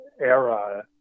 era